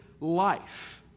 life